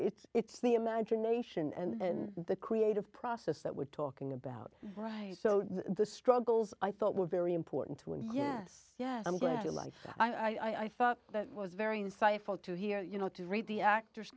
it it's the imagination and the creative process that we're talking about right so the struggles i thought were very important too and yes yes i'm glad your life i thought that was very insightful to hear you know to read the actors